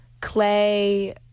Clay